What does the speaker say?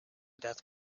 death